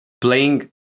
playing